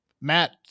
matt